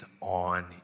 on